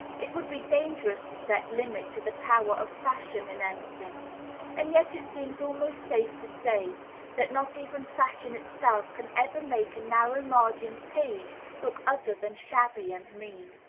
it would be dangerous to set limit to the power of fashion in any thing and yet it seems almost safe to say that not even fashion itself can ever make a narrow-margined page look other than shabby and mean.